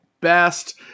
best